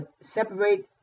separate